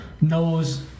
knows